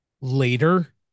later